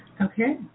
Okay